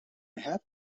have